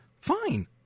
fine